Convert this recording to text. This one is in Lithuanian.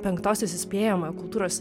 penktosios įspėjamą kultūros